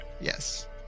Yes